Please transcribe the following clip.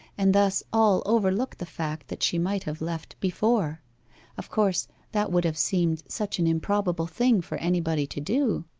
and thus all overlooked the fact that she might have left before of course that would have seemed such an improbable thing for anybody to do